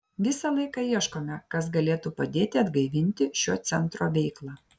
visą laiką ieškome kas galėtų padėti atgaivinti šio centro veiklą